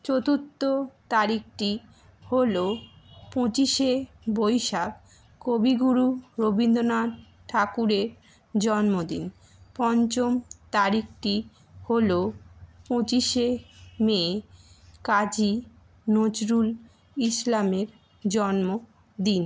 চতুর্থ তারিখটি হল পঁচিশে বৈশাখ কবিগুরু রবীন্দ্রনাথ ঠাকুরের জন্মদিন পঞ্চম তারিখটি হল পঁচিশে মে কাজী নজরুল ইসলামের জন্মদিন